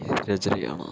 രചനയാണ്